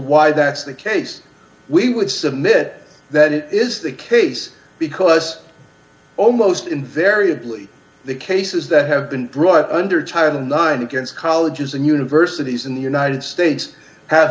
why that's the case we would submit that it is the case because almost invariably the cases that have been brought under tired and lined against colleges and universities in the united states ha